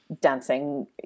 dancing